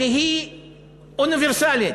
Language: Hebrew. שהיא אוניברסלית,